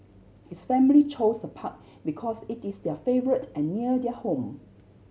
his family chose the park because it is their favourite and near their home